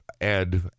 Ed